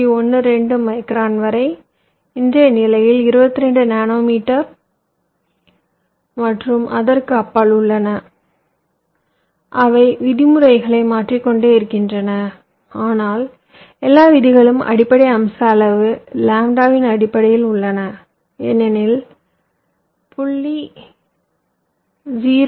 12 micron வரை இன்றைய நிலையில் 22 நானோ மீட்டர் மற்றும் அதற்கு அப்பால் உள்ளன அவை விதிமுறைகளை மாற்றிக் கொண்டே இருக்கின்றன ஆனால் எல்லா விதிகளும் அடிப்படை அம்ச அளவு லாம்ப்டாவின் அடிப்படையில் உள்ளன ஏனெனில் 0